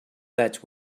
that